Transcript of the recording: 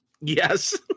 yes